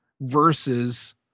versus